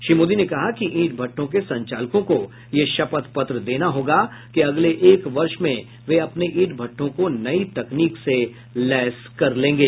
श्री मोदी ने कहा कि ईंट भट्ठों के संचालकों को यह शपथ पत्र देना होगा कि अगले एक वर्ष में वे अपने ईंट भटठों को नई तकनीक से लैस कर लेंगे